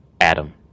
Adam